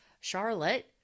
Charlotte